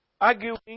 arguing